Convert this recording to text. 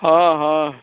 हाँ हाँ